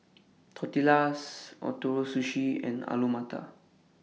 Tortillas Ootoro Sushi and Alu Matar